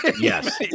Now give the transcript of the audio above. Yes